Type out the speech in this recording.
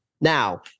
Now